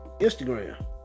Instagram